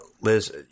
Liz